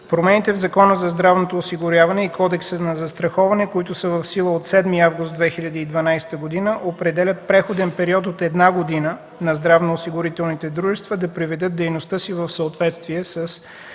промените в Закона за здравното осигуряване и Кодекса за застраховането, които са в сила от 7 август 2012 г., определят преходен период от една година на здравноосигурителните дружества да приведат дейността си в съответствие с